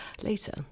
later